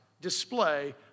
display